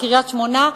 בקריית-שמונה,